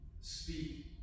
Speak